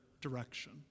direction